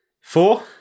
Four